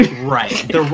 right